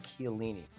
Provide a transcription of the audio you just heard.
Chiellini